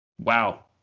wow